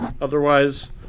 Otherwise